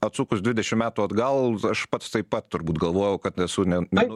atsukus dvidešimt metų atgal aš pats taip pat turbūt galvojau kad esu ne na nu